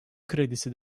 kredisi